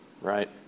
right